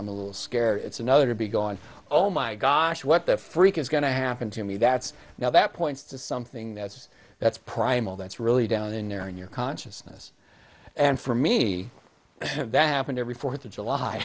the scare it's another to be gone oh my gosh what the freak is going to happen to me that's now that points to something that's that's primal that's really down in there in your consciousness and for me that happened every fourth of july